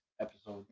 episode